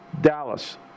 Dallas